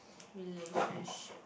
relationship